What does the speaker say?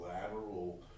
lateral